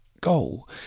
goal